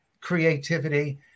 creativity